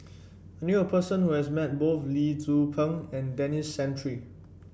I knew a person who has met both Lee Tzu Pheng and Denis Santry